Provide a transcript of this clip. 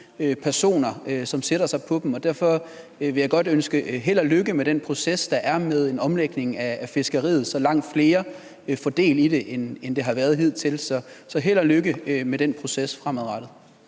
personer, som sætter sig på dem. Og derfor vil jeg godt ønske held og lykke med den proces, der er med en omlægning af fiskeriet, så langt flere end hidtil vil få del i det. Så held og lykke med den proces fremadrettet.